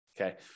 Okay